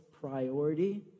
priority